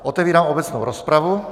Otevírám obecnou rozpravu.